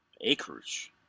acres